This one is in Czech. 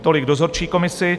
Tolik k dozorčí komisi.